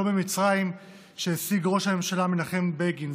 עם מצרים שהשיג ראש הממשלה מנחם בגין,